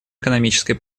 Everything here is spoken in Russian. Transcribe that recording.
экономической